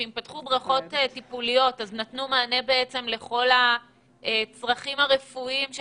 שאם פתחו בריכות טיפוליות אז נתנו מענה לכל הצרכים הרפואיים של